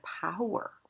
power